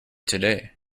today